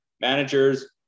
managers